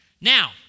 Now